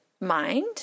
mind